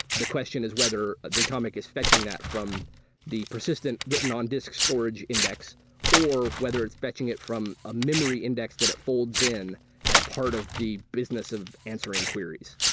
the question is whether datomic is fetching that from the persistent written on disk storage index or whether it's fetching it from a memory index that it folds in as part of the business of answering queries.